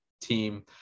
team